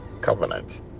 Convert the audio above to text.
covenant